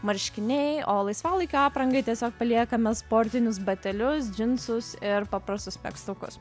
marškiniai o laisvalaikio aprangai tiesiog paliekame sportinius batelius džinsus ir paprastus megztukus